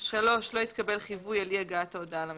לא התקבל חיווי על אי הגעת ההודעה למבקש.